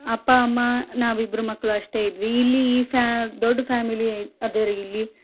ಅಪ್ಪ ಅಮ್ಮ ನಾವಿಬ್ಬರು ಮಕ್ಕಳು ಅಷ್ಟೆ ಇದ್ವಿ ಇಲ್ಲಿ ಈ ಫ್ಯಾ ದೊಡ್ಡ ಫ್ಯಾಮಿಲಿ ಅದರೀ ಇಲ್ಲಿ